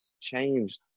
changed